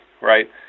right